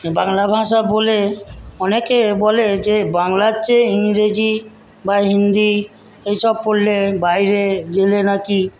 বাংলা ভাষা বলে অনেকে বলে যে বাংলার চেয়ে ইংরেজি বা হিন্দি এইসব পড়লে বাইরে গেলে নাকি